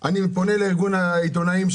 אני פונה לארגון העיתונאים,